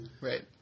Right